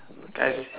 guys